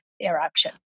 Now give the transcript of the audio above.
eruption